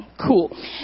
cool